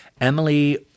Emily